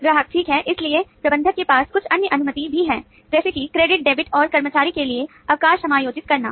ग्राहक ठीक है इसलिए प्रबंधक के पास कुछ अन्य अनुमति भी हैं जैसे कि क्रेडिट डेबिट और कर्मचारी के लिए अवकाश समायोजित करना